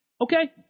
okay